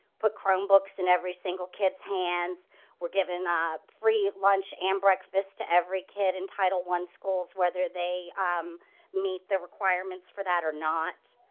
but chrome books and every single kids hands we're giving a free lunch and breakfast to every kid in title one schools, whether they um meet the requirements for that or not